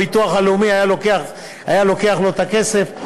הביטוח הלאומי היה לוקח לו את הכסף.